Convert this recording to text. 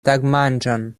tagmanĝon